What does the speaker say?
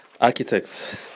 architects